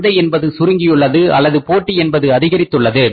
சந்தை என்பது சுருங்கியுள்ளது அல்லது போட்டி என்பது அதிகரித்துள்ளது